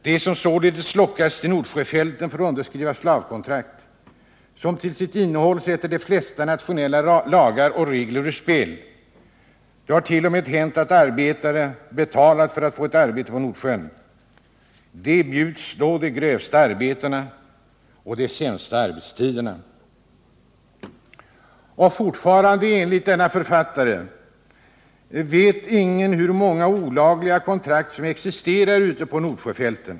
De som således lockas till Nordsjöfälten får underskriva slavkontrakt, som till sitt innehåll sätter de flesta nationella lagar och regler ur spel. Det hart.o.m. hänt att arbetare betalat för att få ett arbete på Nordsjön. De bjuds då de grövsta arbetena och de sämsta arbetstiderna. Fortfarande är det enligt denna författare ingen som vet hur många olagliga kontrakt som existerar ute på Nordsjöfälten.